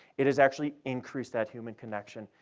it has actually increased that human connection.